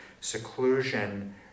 seclusion